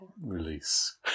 release